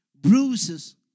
Bruises